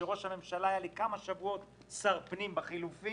כשראש הממשלה היה לכמה שבועות שר פנים, הוא